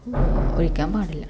ഒഴിക്കാൻ പാടില്ല